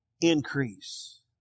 increase